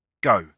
Go